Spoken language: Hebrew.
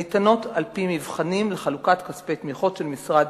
הניתנות על-פי מבחנים לחלוקת כספי תמיכות של משרד,